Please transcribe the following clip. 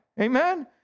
Amen